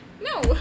No